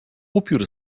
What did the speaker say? upiór